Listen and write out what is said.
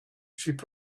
put